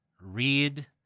read